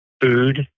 food